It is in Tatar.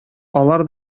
алар